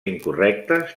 incorrectes